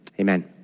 Amen